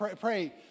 pray